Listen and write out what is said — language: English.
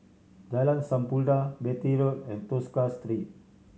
Jalan Sampurna Beatty Road and Tosca Street